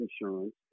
insurance